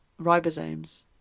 ribosomes